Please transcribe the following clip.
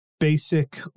Basic